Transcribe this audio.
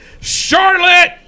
Charlotte